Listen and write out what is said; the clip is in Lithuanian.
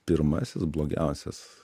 pirmasis blogiausias